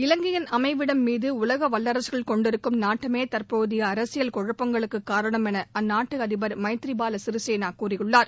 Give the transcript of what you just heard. இவங்கையின் அமைவிடம் மீது உலக வல்வரசுகள் கொண்டிருக்கும் நாட்டமே தற்போதைய அரசியல் குழப்பங்களுக்கு காரணம் என அந்நாட்டு அதிபர் மைத்றிபால சிறிசேனா கூறியுள்ளார்